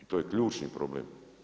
I to je ključni problem.